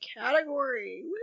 category